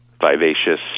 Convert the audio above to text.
vivacious